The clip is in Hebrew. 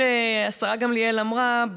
כמו שהשרה גמליאל אמרה,